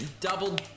double